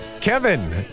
Kevin